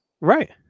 Right